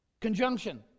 Conjunction